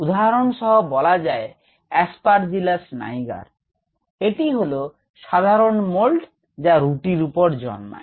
উদাহরণসহ বলা যায় Aspergillus niger এটি হলো সাধারন মোল্ড যা রুটির উপর জন্মায়